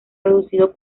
reducido